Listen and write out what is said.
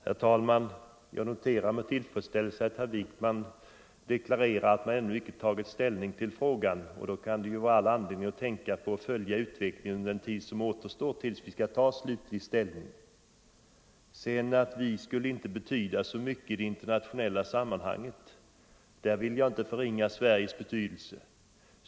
Herr talman! Jag noterar med tillfredsställelse att herr Wijkman deklarerar att man ännu icke tagit ställning till frågan: då kan det vara all anledning att tänka på att man bör följa utvecklingen under den tid som återstår innan vi skall ta slutlig ställning. Beträffande påståendet att Sverige inte skulle betyda så mycket i det internationella sammanhanget vill jag inte förringa Sveriges betydelse.